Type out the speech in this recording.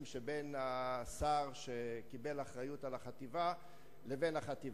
בין השר שקיבל אחריות על החטיבה לבין החטיבה,